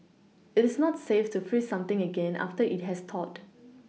it is not safe to freeze something again after it has thawed